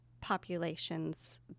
populations